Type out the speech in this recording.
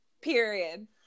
period